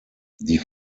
die